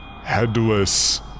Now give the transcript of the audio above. headless